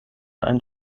ein